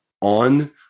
on